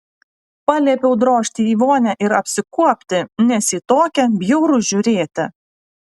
paliepiau drožti į vonią ir apsikuopti nes į tokią bjauru žiūrėti